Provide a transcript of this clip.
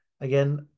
Again